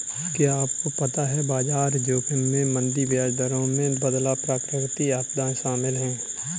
क्या आपको पता है बाजार जोखिम में मंदी, ब्याज दरों में बदलाव, प्राकृतिक आपदाएं शामिल हैं?